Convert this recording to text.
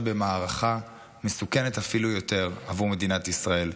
במערכה מסוכנת אפילו יותר עבור מדינת ישראל,